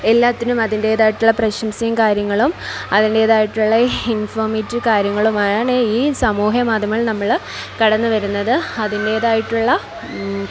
എല്ലാത്തിനും അതിൻ്റേതായിട്ടുള്ള പ്രശംസയും കാര്യങ്ങളും അതിൻ്റേതായിട്ടുള്ള ഇൻഫോർമേറ്റീവ് കാര്യങ്ങളുമാണ് ഈ സമൂഹ മാധ്യമങ്ങളിൽ നമ്മൾ കടന്നു വരുന്നത് അതിൻ്റേതായിട്ടുള്ള